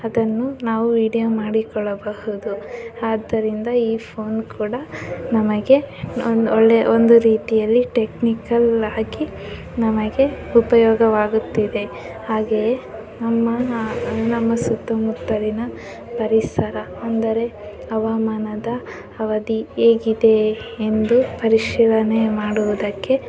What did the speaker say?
ಅದನ್ನು ನಾವು ವೀಡ್ಯೋ ಮಾಡಿಕೊಳ್ಳಬಹುದು ಆದ್ದರಿಂದ ಈ ಫೋನ್ ಕೂಡ ನಮಗೆ ಒಂದೊಳ್ಳೆ ಒಂದು ರೀತಿಯಲ್ಲಿ ಟೆಕ್ನಿಕಲ್ ಆಗಿ ನಮಗೆ ಉಪಯೋಗವಾಗುತ್ತಿದೆ ಹಾಗೆಯೇ ನಮ್ಮ ನಮ್ಮ ಸುತ್ತಮುತ್ತಲಿನ ಪರಿಸರ ಅಂದರೆ ಹವಾಮಾನದ ಅವಧಿ ಹೇಗಿದೆ ಎಂದು ಪರಿಶೀಲನೆ ಮಾಡುವುದಕ್ಕೆ